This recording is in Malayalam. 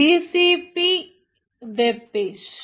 G C P webpage